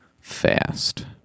fast